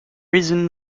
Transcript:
risen